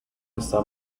está